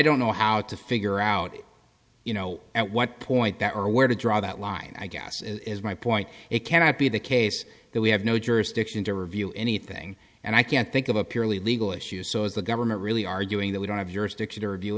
don't know how to figure out you know at what point that or where to draw that line i guess my point it cannot be the case that we have no jurisdiction to reveal anything and i can't think of a purely legal issue so is the government really arguing that we don't have your